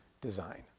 design